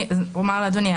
אני אומר, אדוני.